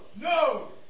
no